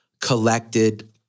collected